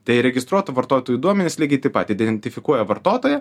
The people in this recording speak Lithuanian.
tai registruotų vartotojų duomenys lygiai taip pat identifikuoja vartotoją